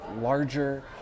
larger